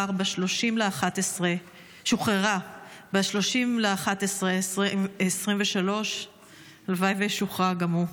היא שוחררה ב-30 בנובמבר 2023. הלוואי שישוחרר גם הוא.